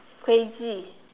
crazy